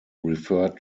referred